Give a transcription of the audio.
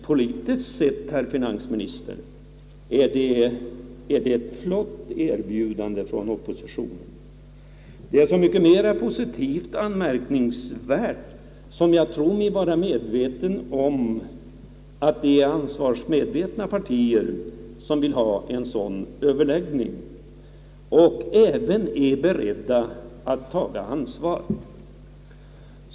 Politiskt sett, herr finansminister, är det ett flott erbjudande från oppositionen; och det är så mycket mera positivt anmärkningsvärt som jag tror mig kunna säga att det är ansvarsmedvetna partier som vill ha en sådan överläggning och även är beredda att taga ansvar.